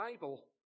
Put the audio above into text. Bible